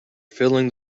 filling